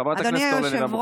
חברת הכנסת, אורלי לוי אבקסיס.